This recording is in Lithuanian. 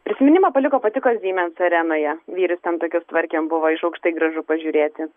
prisiminimą paliko patiko zymens arenoje vyrius ten tokius tvarkėm buvo iš aukštai gražu pažiūrėti